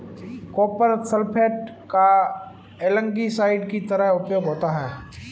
copper sulphate का एल्गीसाइड की तरह उपयोग होता है